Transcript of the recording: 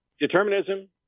Determinism